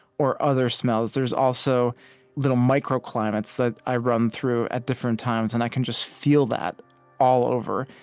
or other smells. there's also little microclimates that i run through at different times, and i can just feel that all over.